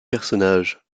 personnage